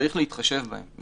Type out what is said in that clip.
צריך להתחשב בהם.